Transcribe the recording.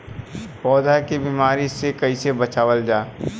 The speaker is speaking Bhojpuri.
पौधा के बीमारी से कइसे बचावल जा?